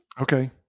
Okay